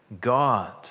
God